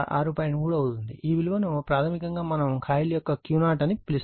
ఈ విలువను ప్రాథమికంగా మనం కాయిల్ యొక్క Q0 అని పిలుస్తాము